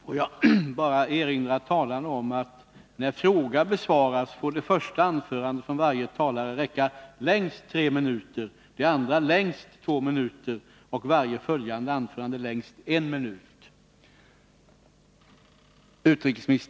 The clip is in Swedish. Får jag bara erinra talarna om att när fråga besvaras får det första anförandet från varje talare räcka längst tre minuter, det andra längst två minuter och varje följande anförande längst en minut.